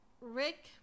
Rick